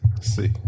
see